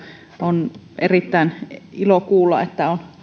on suuri ilo kuulla että